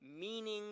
meaning